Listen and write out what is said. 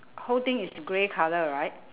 whole thing is grey colour right